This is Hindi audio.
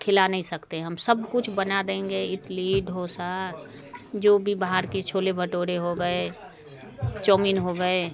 खिला नहीं सकते हम सब कुछ बना देंगे इडली डोसा जो भी बाहर के छोले भटोरे हो गए चाॅऊमीन हो गया